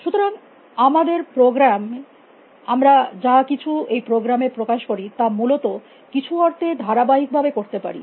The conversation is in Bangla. সুতরাং আমাদের প্রোগ্রাম আমরা যা কিছু এই প্রোগ্রামে প্রকাশ করি তা মূলত কিছু অর্থে ধারাবাহিকভাবে করতে পারি